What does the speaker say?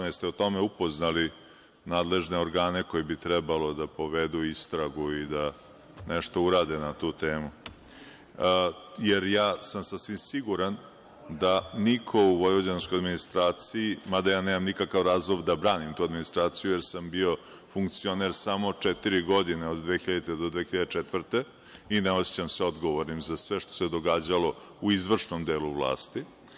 Da li ste o tome upoznali nadležne organi koji bi trebalo da povedu istragu i da nešto urade na tu temu, jer ja sam sasvim siguran da niko u vojvođanskoj administraciji, mada ja nemam nikakav razlog da branim tu administraciju, jer sam bio funkcioner samo četiri godine, od 2000. do 2004. godine, i ne osećam se odgovornim za sve što se događalo u izvršnom delu vlasti.